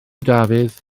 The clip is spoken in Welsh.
dafydd